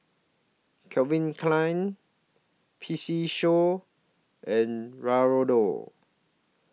Calvin Klein P C Show and Raoul